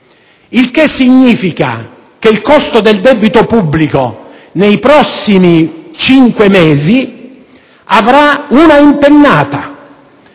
il che significa che il costo del debito pubblico nei prossimi cinque mesi avrà un'impennata.